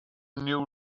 new